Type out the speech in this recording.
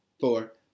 four